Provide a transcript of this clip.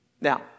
Now